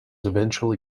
eventually